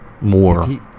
more